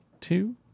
two